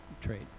trade